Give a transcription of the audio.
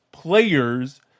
Players